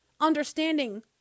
understanding